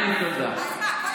מאי למשל הייתה בכיתה רגילה.